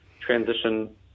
transition